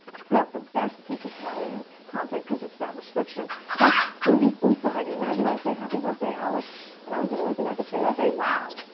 to put out the best piece of quality content cause it's that restriction, plus, there would be oomph behind it. imagine i would say, happy birthday, alex, and that was the only thing i could say that day, wow!